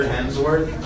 Hemsworth